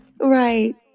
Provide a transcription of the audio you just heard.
right